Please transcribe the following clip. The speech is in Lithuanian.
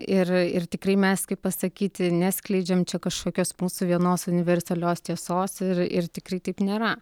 ir ir tikrai mes kaip pasakyti neskleidžiam čia kažkokios mūsų vienos universalios tiesos ir ir tikrai taip nėra